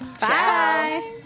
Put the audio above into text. Bye